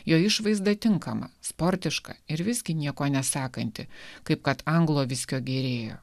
jo išvaizda tinkama sportiška ir visgi nieko nesakanti kaip kad anglo viskio gėrėjo